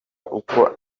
uko